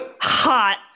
Hot